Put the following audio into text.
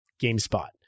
GameSpot